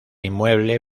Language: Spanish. inmueble